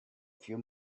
few